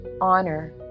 honor